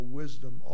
wisdom